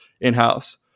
in-house